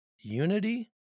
Unity